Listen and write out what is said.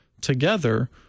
together